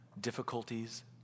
difficulties